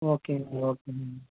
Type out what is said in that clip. ஓகேங்க ஓகேங்க